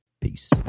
Peace